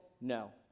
No